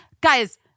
Guys